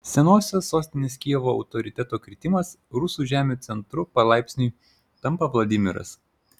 senosios sostinės kijevo autoriteto kritimas rusų žemių centru palaipsniui tampa vladimiras